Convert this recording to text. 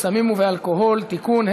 בסמים ובאלכוהול (תיקון),